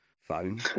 phone